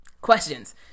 questions